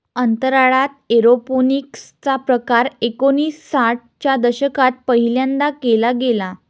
अंतराळात एरोपोनिक्स चा प्रकार एकोणिसाठ च्या दशकात पहिल्यांदा केला गेला